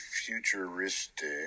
futuristic